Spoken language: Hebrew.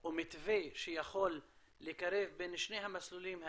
או מתווה שיכול לקרב בין שני המסלולים האלה.